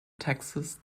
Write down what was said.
texas